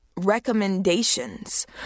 recommendations